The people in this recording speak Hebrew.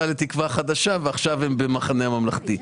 לתקווה חדשה ועכשיו הם במחנה הממלכתי.